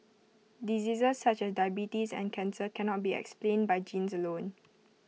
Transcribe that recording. diseases such as diabetes and cancer cannot be explained by genes alone